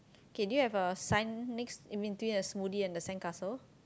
K do you have a sign next in between a smoothie and the sandcastle